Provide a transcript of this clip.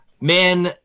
Man